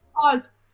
Pause